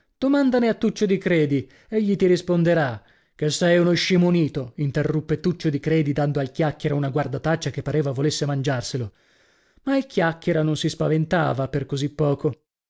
ragazza domandane a tuccio di credi egli ti risponderà che sei uno scimunito interruppe tuccio di credi dando al chiacchiera una guardataccia che pareva volesse mangiarselo ma il chiacchiera non si spaventava per così poco